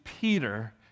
Peter